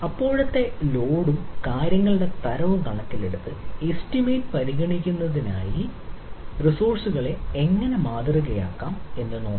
ഇപ്പോഴത്തെ ലോഡും കാര്യങ്ങളുടെ തരവും കണക്കിലെടുത്ത് എസ്റ്റിമേറ്റ് പരിഗണിക്കുന്നതിനായി റിസോഴ്സുകളെ എങ്ങനെ മാതൃകയാക്കാം എന്ന് നോക്കാം